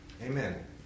Amen